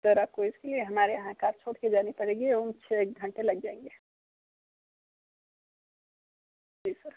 sir आपको इसके लिए हमारे यहाँ कार छोड़ के जानी पड़ेगी और छः एक घंटे लग जाएंगे जी सर